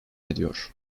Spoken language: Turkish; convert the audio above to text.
ediyor